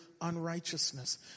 unrighteousness